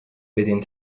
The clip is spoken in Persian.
بدین